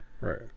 Right